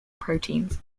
proteins